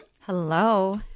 Hello